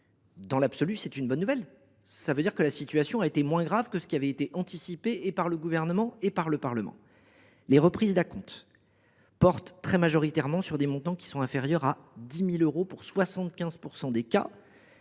Dans l’absolu, c’est une bonne nouvelle : cela veut dire que la situation a été moins grave que ce qui avait été anticipé, et par le Gouvernement, et par le Parlement. Les reprises d’acomptes portent très majoritairement – dans 75 % des cas – sur des montants inférieurs à 10 000 euros. Elles sont